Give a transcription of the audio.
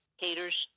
caters